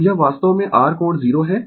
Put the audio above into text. तो यह वास्तव में R कोण 0 है